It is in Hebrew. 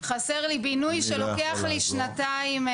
חסר לי בינוי שלוקח לי שנתיים,